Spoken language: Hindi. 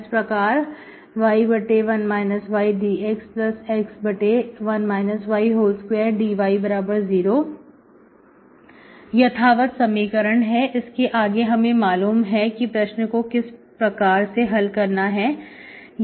इस प्रकार y1 y dxx1 y2 dy0 यथावत समीकरण है इसके आगे हमें मालूम है कि हमें प्रश्न को किस प्रकार से हल करना है